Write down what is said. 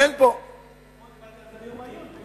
אתמול דיברתי על זה ביום העיון.